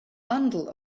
bundle